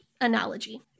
analogy